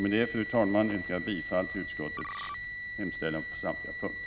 Med detta, fru talman, yrkar jag bifall till utskottets hemställan på samtliga punkter.